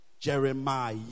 Jeremiah